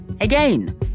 again